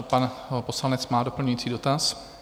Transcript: Pan poslanec má doplňující dotaz.